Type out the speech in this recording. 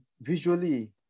visually